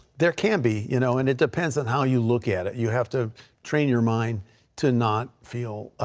there can be. you know and it depends on how you look at it. you have to train your mind to not feel